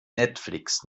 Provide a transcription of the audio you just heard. netflix